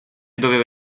doveva